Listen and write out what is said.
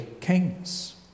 kings